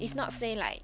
mm